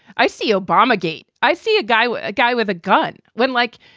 i see obama gate. i see a guy with a guy with a gun. when, like,